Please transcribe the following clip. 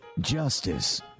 justice